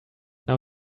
now